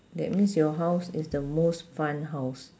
that means your house is the most fun house